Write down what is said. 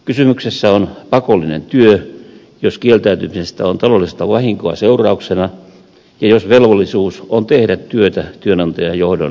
kysymyksessä on pakollinen työ jos kieltäytymisestä on taloudellista vahinkoa seurauksena ja jos velvollisuus on tehdä työtä työnantajajohdon alaisena